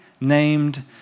named